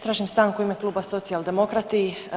Tražim stanku u ime Kluba Socijaldemokrati.